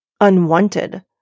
unwanted